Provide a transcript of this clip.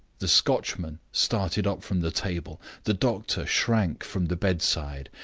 the scotchman started up from the table the doctor shrank from the bedside.